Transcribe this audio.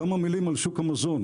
כמה מילים על שוק המזון,